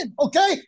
okay